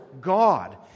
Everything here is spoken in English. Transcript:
God